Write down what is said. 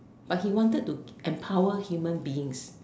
but he wanted to empower human beings